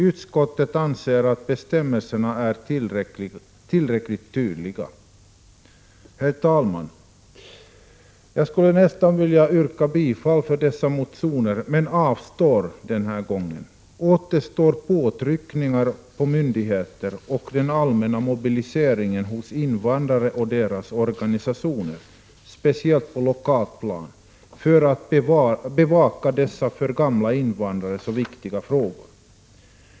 Utskottet anser att bestämmelserna är tillräckligt tydliga. Herr talman! Jag skulle nästan vilja yrka bifall till dessa motioner men avstår den här gången. Återstår påtryckningar på myndigheterna och den allmänna mobiliseringen hos invandrare och deras organisationer, speciellt på lokalplanet, för att bevaka dessa för ”gamla” invandrare så viktiga frågor.